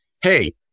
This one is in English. hey